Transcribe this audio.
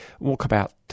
Walkabout